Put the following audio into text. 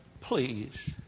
Please